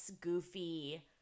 goofy